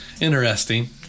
interesting